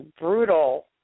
brutal